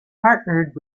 partnered